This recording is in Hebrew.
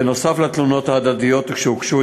בנוסף לתלונות ההדדיות שהוגשו,